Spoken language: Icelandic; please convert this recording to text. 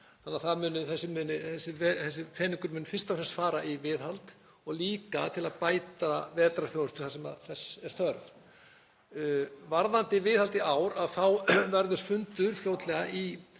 landsins. Þessi peningur mun því fyrst og fremst fara í viðhald og líka til að bæta vetrarþjónustu þar sem þess er þörf. Varðandi viðhald í ár þá verður fundur fljótlega í